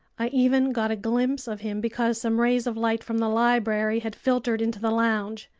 i even got a glimpse of him because some rays of light from the library had filtered into the lounge.